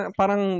parang